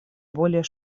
более